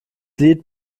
lied